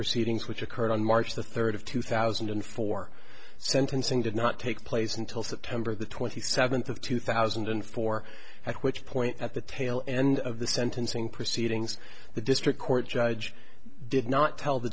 proceedings which occurred on march the third of two thousand and four sentencing did not take place until september the twenty seventh of two thousand and four at which point at the tail end of the sentencing proceedings the district court judge did not tell the